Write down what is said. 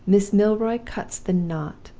miss milroy cuts the knot!